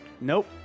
Nope